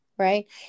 Right